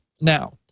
Now